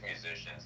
musicians